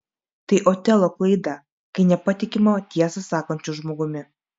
tai otelo klaida kai nepatikima tiesą sakančiu žmogumi